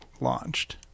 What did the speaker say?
launched